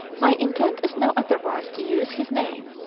my intent is no otherwise to use his name,